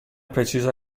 precisa